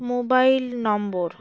mobile নম্বর